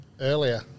earlier